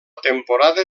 temporada